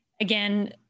again